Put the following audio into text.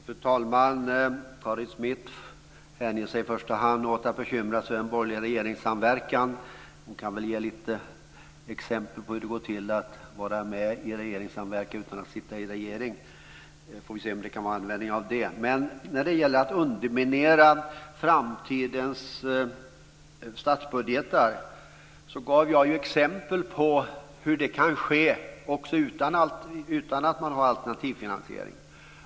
Fru talman! Karin Svensson Smith hänger sig i första hand åt att bekymra sig om den borgerliga regeringssamverkan. Hon kan väl ge lite exempel på hur det går till när man är med i en regeringssamverkan utan att sitta i en regering, så får vi se om vi kan ha användning av det. När det gäller att underminera framtidens statsbudgetar gav jag ju exempel på hur det kan ske också utan att man har en alternativfinansiering.